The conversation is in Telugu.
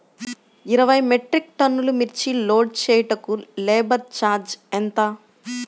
ఇరవై మెట్రిక్ టన్నులు మిర్చి లోడ్ చేయుటకు లేబర్ ఛార్జ్ ఎంత?